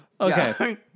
Okay